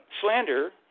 slander